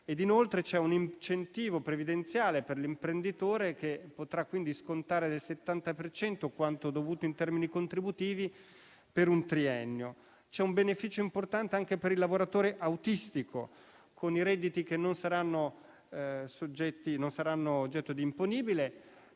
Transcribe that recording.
Inoltre, c'è un incentivo previdenziale per l'imprenditore che potrà quindi scontare del 70 per cento quanto dovuto in termini contributivi per un triennio. C'è un beneficio importante anche per il lavoratore autistico, con i redditi che non saranno oggetto di imponibile